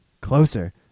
Closer